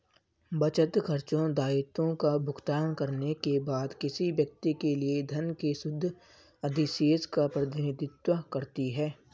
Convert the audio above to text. बचत, खर्चों, दायित्वों का भुगतान करने के बाद किसी व्यक्ति के लिए धन के शुद्ध अधिशेष का प्रतिनिधित्व करती है